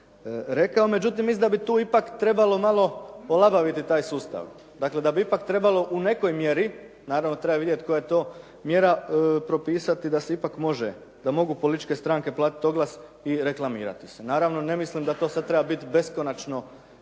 rekao. Međutim, mislim da bi tu ipak trebalo malo olabaviti taj sustav. Dakle, da bi ipak trebalo u nekoj mjeri. Naravno treba vidjeti koja je to mjera propisati da se ipak može, da mogu političke stranke platiti oglas i reklamirati se. Naravno ne mislim da to sad treba biti beskonačno